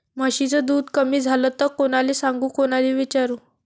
म्हशीचं दूध कमी झालं त कोनाले सांगू कोनाले विचारू?